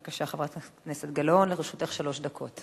בבקשה, חברת הכנסת גלאון, לרשותך שלוש דקות.